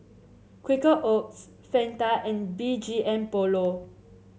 Quaker Oats Fanta and B G M Polo